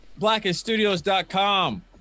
Blackeststudios.com